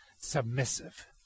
submissive